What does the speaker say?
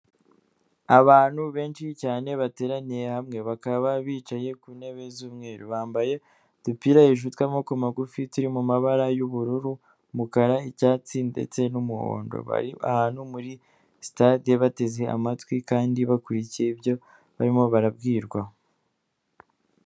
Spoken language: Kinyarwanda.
Abantu benshi cyane bateraniye hamwe, bakaba bicaye ku ntebe z'umweru, bambaye udupira hejuru tw'amaboko magufi turi mu mu mabara y'ubururu, umukara, icyatsi ndetse n'umuhondo. Bari ahantu muri sitade bateze amatwi kandi bakurikiye ibyo barimo barabwirwa.